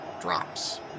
drops